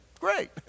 great